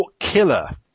Killer